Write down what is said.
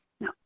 no